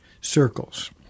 circles